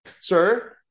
sir